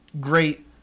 great